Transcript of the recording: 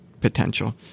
potential